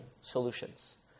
solutions